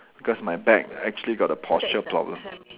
because my back actually got a posture problem